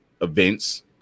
events